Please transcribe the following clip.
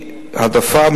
להעדפה,